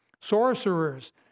Sorcerers